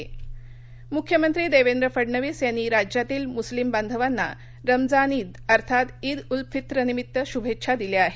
मुख्यमंत्री मुख्यमंत्री देवेंद्र फडणवीस यांनीही राज्यातील मुस्लिम बांधवांना रमजान ईद अर्थात ईद उल फित्रनिमित्त शुभेच्छा दिल्या आहेत